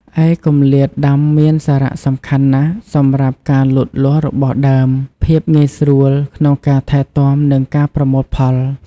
ឯគម្លាតដាំមានសារៈសំខាន់ណាស់សម្រាប់ការលូតលាស់របស់ដើម ភាពងាយស្រួលក្នុងការថែទាំ និងការប្រមូលផល។